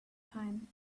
time